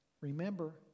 Remember